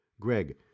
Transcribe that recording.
Greg